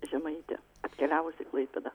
žemaitė atkeliavusi į klaipėdą